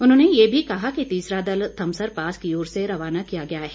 उन्होंने यह भी कहा कि तीसरा दल थमसर पास की ओर से रवाना किया गया है